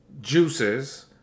juices